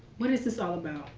what is this all about?